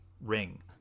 ring